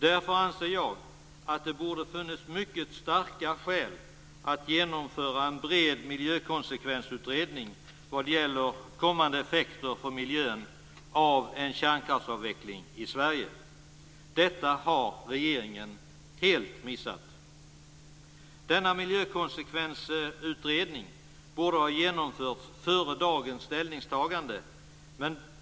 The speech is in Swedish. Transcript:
Därför anser jag att det borde ha funnits mycket starka skäl att genomföra en bred miljökonsekvensutredning vad gäller kommande effekter för miljön av en kärnkraftsavveckling i Sverige. Detta har regeringen helt missat. En sådan miljökonsekvensutredning borde ha genomförts före dagens ställningstagande.